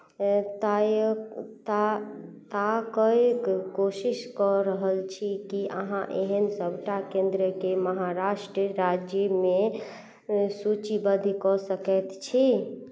तायक ता ताकैक कोशिश कऽ रहल छी की अहाँ एहन सभटा केन्द्रकेँ महाराष्ट्र राज्यमे सूचीबद्ध कऽ सकैत छी